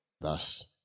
Thus